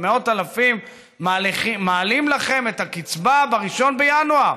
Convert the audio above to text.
מאות אלפים: מעלים לכם את הקצבה ב-1 בינואר.